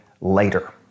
later